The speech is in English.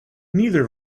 neither